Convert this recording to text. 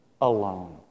alone